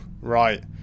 right